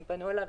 אם פנו אליו,